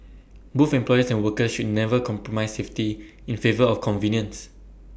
both employers and workers should never compromise safety in favour of convenience